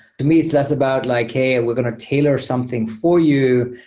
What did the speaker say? to me, it's less about like, hey, and we're going to tailor something for you,